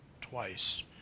twice